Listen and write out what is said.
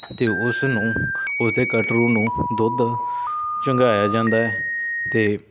ਅਤੇ ਉਸ ਨੂੰ ਉਸਦੇ ਕਟਰੂ ਨੂੰ ਦੁੱਧ ਚੁੰਘਾਇਆ ਜਾਂਦਾ ਹੈ ਅਤੇ